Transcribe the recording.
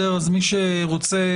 מי שרוצה